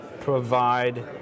provide